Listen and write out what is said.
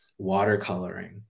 watercoloring